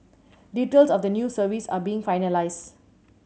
details of the new service are being finalised